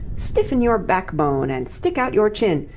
stiffen your backbone and stick out your chin,